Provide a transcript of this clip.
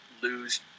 lose